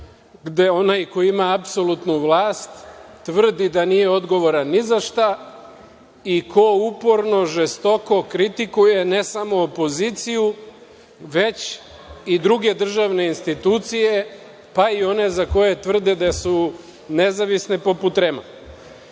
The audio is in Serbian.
gde onaj ko ima apsolutnu vlast tvrdi da nije odgovoran nizašta i ko uporno, žestoko kritikuje, ne samo opoziciju, već i druge državne institucije, pa i one za koje tvrde da su nezavisne poput REM-a. Ni